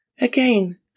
Again